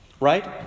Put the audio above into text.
right